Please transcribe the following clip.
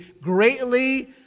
greatly